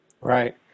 Right